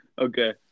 Okay